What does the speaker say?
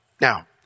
Now